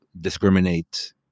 discriminate